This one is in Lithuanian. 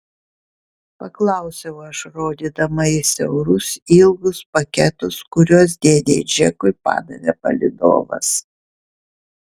paklausiau aš rodydama į siaurus ilgus paketus kuriuos dėdei džekui padavė palydovas